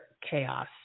chaos